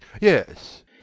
Yes